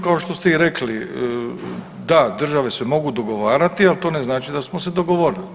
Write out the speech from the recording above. Kao što ste i rekli, da države se mogu dogovarati, al to ne znači da smo se dogovorili.